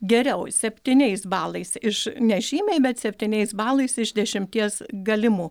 geriau septyniais balais iš nežymiai bet septyniais balais iš dešimties galimų